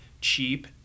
cheap